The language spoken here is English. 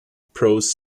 prose